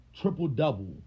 triple-double